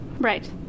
Right